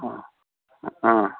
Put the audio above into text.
ಹಾಂ ಆಂ